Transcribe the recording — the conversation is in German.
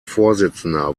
vorsitzender